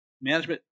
management